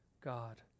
God